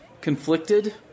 conflicted